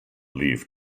leave